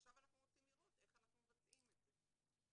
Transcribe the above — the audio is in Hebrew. עכשיו אנחנו רוצים לראות איך אנחנו מבצעים את זה.